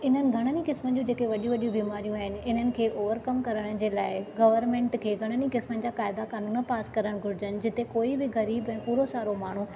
इन्हनि घणनि क़िस्मनि जी जेके वॾियूं वॾियूं बीमारियूं आहिनि इन्हनि खे और कमु करण जे लाइ गवर्नमेंट खे घणनि ई क़िस्मनि जा क़ायदा क़ानून पास करणु घुरजनि जिते कोई बि ग़रीब ऐं पूरो सारो माण्हू